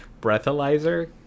breathalyzer